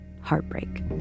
heartbreak